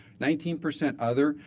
nineteen percent other,